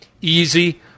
easy